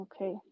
Okay